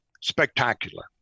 spectacular